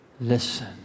Listen